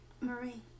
Marie